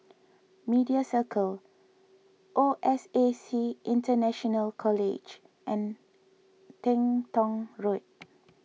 Media Circle O S A C International College and Teng Tong Road